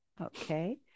Okay